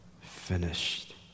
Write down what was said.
finished